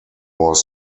was